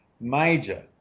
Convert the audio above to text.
major